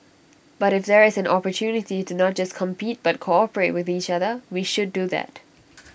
but if there is an opportunity to not just compete but cooperate with each other we should do that